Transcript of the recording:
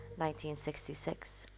1966